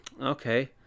okay